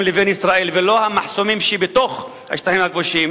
לבין ישראל ולא על המחסומים שבתוך השטחים הכבושים,